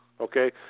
Okay